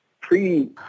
pre